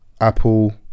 Apple